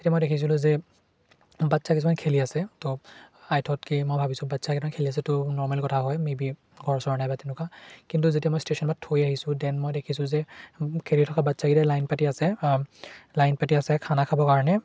তেতিয়া মই দেখিছিলোঁ যে বাচ্ছা কিছুমানে খেলি আছে তো আই থ'ত কি মই ভাবিছোঁ বাচ্ছাকেইটা খেলি আছে তো নৰ্মেল কথা হয় মে বি ঘৰ চৰ নাই বা তেনেকুৱা কিন্তু যেতিয়া মই ষ্টেশ্যনত থৈ আহিছোঁ দেন মই দেখিছোঁ যে খেলি থকা বাচ্ছাকেইটাই লাইন পাতি আছে লাইন পাতি আছে খানা খাবৰ কাৰণে